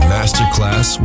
Masterclass